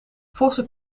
vossen